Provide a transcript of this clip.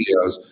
videos